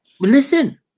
Listen